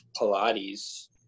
Pilates